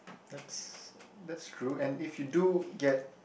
that's that's true and if you do get